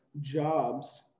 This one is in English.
jobs